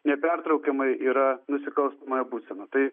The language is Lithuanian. nepertraukiamai yra nusikalstamoje būsenoje tai